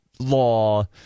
law